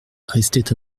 restait